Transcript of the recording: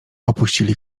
opuścili